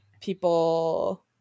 people